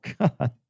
God